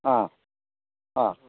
ꯑꯥ ꯑꯥ